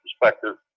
perspective